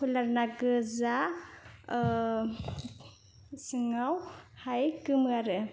कयलारना गोजा सिङावहाय गोमो आरो